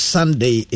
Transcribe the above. Sunday